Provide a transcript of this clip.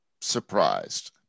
surprised